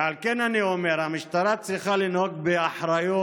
ועל כן אני אומר שהמשטרה צריכה לנהוג באחריות,